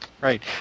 Right